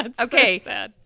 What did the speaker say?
okay